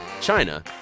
China